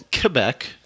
Quebec